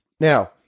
Now